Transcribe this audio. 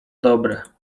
dobre